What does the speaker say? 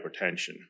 hypertension